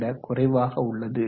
விட குறைவாக உள்ளது